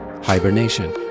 hibernation